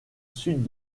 sud